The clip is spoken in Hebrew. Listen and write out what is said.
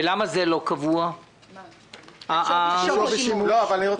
ולמה הצו בעניין שווי שימוש הוא לא קבוע?